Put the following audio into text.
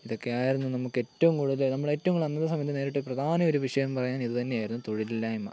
ഇതൊക്കെയായിരുന്നു നമുക്ക് ഏറ്റവും കൂടുതല് നമ്മള് ഏറ്റവും അന്നത്തെ സമയത്ത് നേരിട്ട പ്രധാന ഒരു വിഷയം പറഞ്ഞാൽ ഇതു തന്നെയായിരുന്നു തൊഴിലില്ലായ്മ